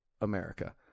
America